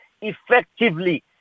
effectively